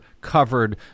covered